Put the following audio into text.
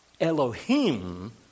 Elohim